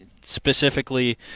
specifically